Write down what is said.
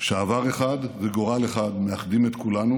שעבר אחד וגורל אחד מאחדים את כולנו,